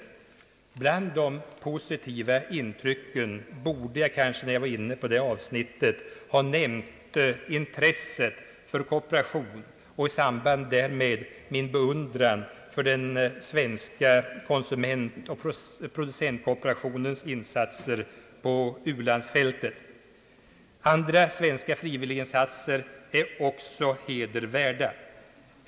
Bland de positiva intrycken borde jag kanske när jag var inne på det avsnittet ha nämnt intresset för kooperation och i samband därmed min beundran för den svenska konsumentoch producent Andra svenska frivilliginsatser är också hedervärda.